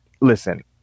listen